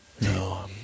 No